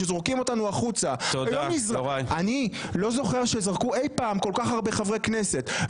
כשזורקים אותנו החוצה אני לא זוכר שאי פעם זרקו כל כך הרבה חברי כנסת.